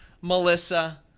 Melissa